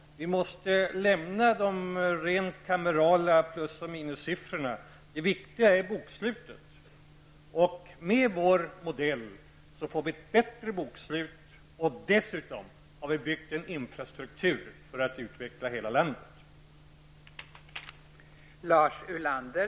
Vi måste alltså lämna det rent kamerala, det som handlar om plus och minus. Det viktiga är bokslutet, och med vår modell blir det ett bättre bokslut. Dessutom har vi byggt upp en infrastruktur för en utveckling av hela landet.